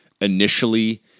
initially